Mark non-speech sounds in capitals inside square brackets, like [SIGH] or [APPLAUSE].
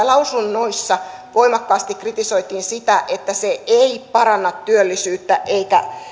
[UNINTELLIGIBLE] lausunnoissa voimakkaasti kritisoitiin sitä että se ei paranna työllisyyttä eikä